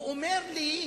הוא אומר לי,